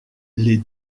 les